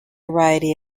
variety